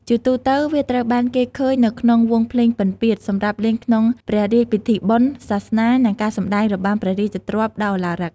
ជាទូទៅ វាត្រូវបានគេឃើញនៅក្នុងវង់ភ្លេងពិណពាទ្យ សម្រាប់លេងក្នុងព្រះរាជពិធីបុណ្យ សាសនា និងការសម្តែងរបាំព្រះរាជទ្រព្យដ៏ឧឡារិក។